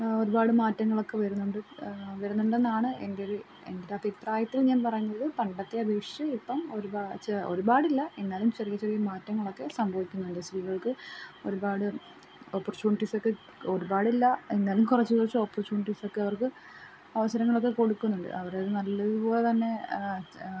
ഒരുപാട് മാറ്റങ്ങളൊക്കെ വരുന്നുണ്ട് വരുന്നുണ്ടെന്നാണ് എൻറെ ഒരു എൻറെ അഭിപ്രായത്തിൽ ഞാൻ പറയുന്നത് പണ്ടത്തെ അപേക്ഷിച്ച് ഇപ്പം ഒരുപാട് ഒരുപാടില്ല എന്നാലും ചെറിയ ചെറിയ മാറ്റങ്ങളൊക്കെ സംഭവിക്കുന്നുണ്ട് സ്ത്രീകൾക്ക് ഒരുപാട് ഓപ്പർച്ചുണിറ്റിസ് ഒക്കെ ഒരുപാടില്ല എന്നാലും കുറച്ച് കുറച്ച് ഓപ്പർച്ചുണിറ്റിസ് ഒക്കെ അവർക്ക് അവസരങ്ങൾ ഒക്കെ കൊടുക്കുന്നുണ്ട് അവർ അത് നല്ലതുപോലെ തന്നെ